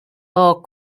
are